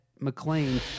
McLean